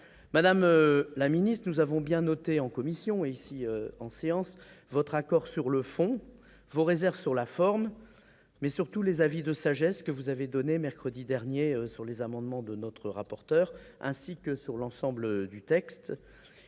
en séance, nous avons bien noté votre accord sur le fond, vos réserves sur la forme et surtout les avis de sagesse que vous avez donnés mercredi dernier sur les amendements de notre rapporteur ainsi que sur l'ensemble du texte.